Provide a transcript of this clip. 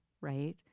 right